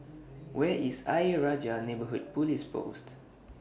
Where IS Ayer Rajah Neighbourhood Police Post